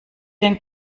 den